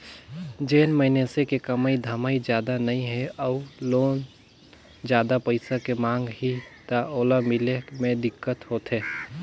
जेन मइनसे के कमाई धमाई जादा नइ हे अउ लोन जादा पइसा के मांग ही त ओला मिले मे दिक्कत होथे